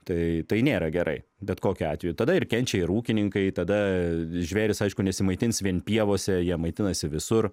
tai tai nėra gerai bet kokiu atveju tada ir kenčia ir ūkininkai tada žvėrys aišku nesimaitins vien pievose jie maitinasi visur